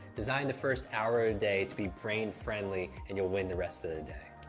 design the first hour a day to be brain-friendly, and you'll win the rest of the day.